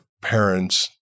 parents